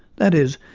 that is,